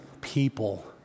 people